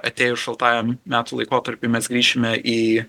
atėjus šaltajam metų laikotarpiui mes grįšime į